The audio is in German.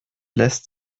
lässt